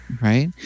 Right